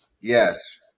Yes